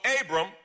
Abram